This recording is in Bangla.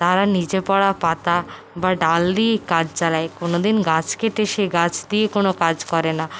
তারা নীচে পড়া পাতা বা ডাল দিয়েই কাজ চালায় কোনোদিন গাছ কেটে সেই গাছ দিয়ে কোনো কাজ করে না